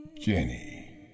Jenny